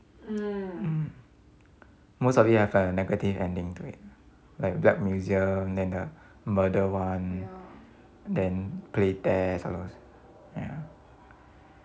most of it have like a negative ending to it like black museum then the murder one then play test all those ya